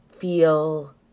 feel